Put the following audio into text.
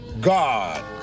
God